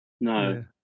No